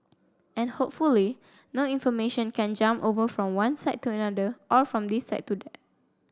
and hopefully no information can jump over from one side to another or from this side to that